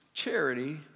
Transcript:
Charity